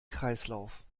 kreislauf